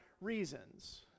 reasons